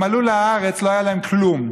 הם עלו לארץ, ולא היה להם כלום.